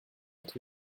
être